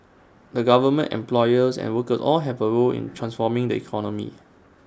the government employers and workers all have A role in transforming the economy